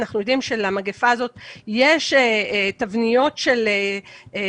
אנחנו יודעים שלמגפה הזאת יש תבניות של פיזור